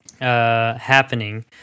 happening